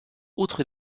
outre